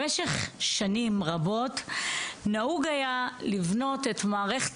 במשך שנים רבות נהוג היה לבנות את מערכת